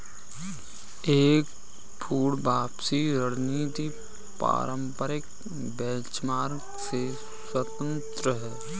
एक पूर्ण वापसी रणनीति पारंपरिक बेंचमार्क से स्वतंत्र हैं